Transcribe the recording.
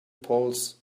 polls